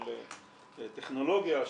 של טכנולוגיה,